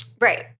Right